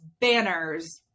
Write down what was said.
banners